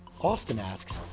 austin asks,